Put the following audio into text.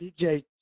DJ